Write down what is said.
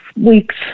weeks